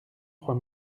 trois